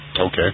Okay